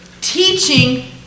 teaching